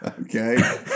Okay